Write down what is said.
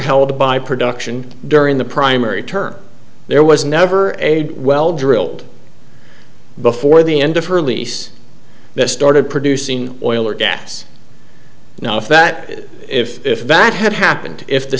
held by production during the primary term there was never a well drilled before the end of her lease that started producing oil or gas now if that if that had happened if the